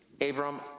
Abram